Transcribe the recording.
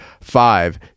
Five